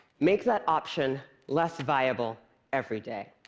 make that option less viable every day.